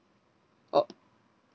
oh